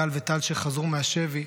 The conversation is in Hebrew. גל וטל שחזרו מהשבי,